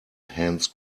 hands